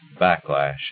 backlash